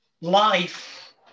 life